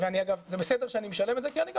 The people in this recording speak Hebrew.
ואגב זה בסדר שאני משלם את זה כי אני גם